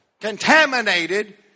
contaminated